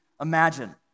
imagine